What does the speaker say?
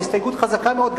ההסתייגות חזקה מאוד,